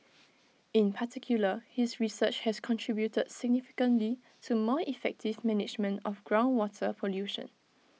in particular his research has contributed significantly to more effective management of groundwater pollution